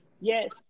Yes